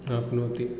आप्नोति